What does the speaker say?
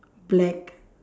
black